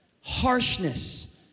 harshness